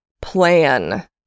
plan